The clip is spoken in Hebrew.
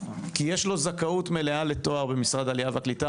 כי יש לו זכאות מלאה לתואר במשרד העלייה והקליטה,